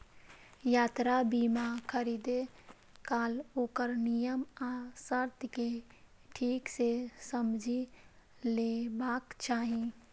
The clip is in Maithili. यात्रा बीमा खरीदै काल ओकर नियम आ शर्त कें ठीक सं समझि लेबाक चाही